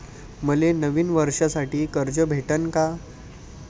मले नवीन वर्षासाठी कर्ज भेटन का?